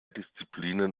disziplinen